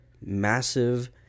massive